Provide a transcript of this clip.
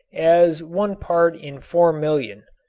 as one part in four million.